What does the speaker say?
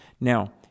Now